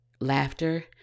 laughter